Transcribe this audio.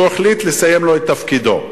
שהוא החליט לסיים לו את תפקידו.